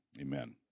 amen